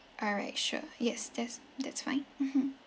alright sure yes that's that's fine mmhmm